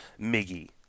Miggy